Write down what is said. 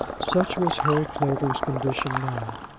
such was harry clavering's condition now.